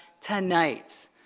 tonight